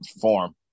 form